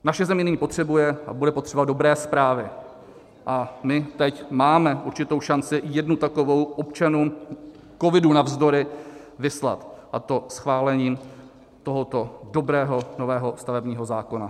Naše země nyní potřebuje a bude potřebovat dobré zprávy a my teď máme určitou šanci jednu takovou občanům covidu navzdory vyslat, a to schválením tohoto dobrého nového stavebního zákona.